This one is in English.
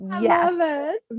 yes